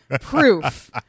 proof